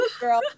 Girl